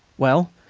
well?